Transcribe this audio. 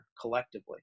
collectively